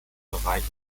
bereich